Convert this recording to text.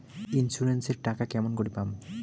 Insurance এর টাকা কেমন করি পাম?